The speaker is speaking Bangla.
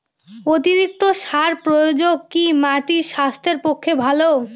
অতিরিক্ত সার প্রয়োগ কি মাটির স্বাস্থ্যের পক্ষে ভালো?